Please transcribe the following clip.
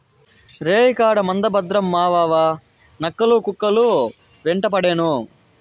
రేయికాడ మంద భద్రం మావావా, నక్కలు, కుక్కలు యెంటపడేను